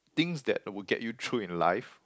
things that would get you through in life